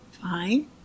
fine